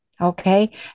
Okay